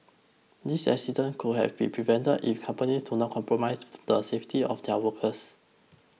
these accidents could have been prevented if companies do not compromise the safety of their workers